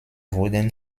wurden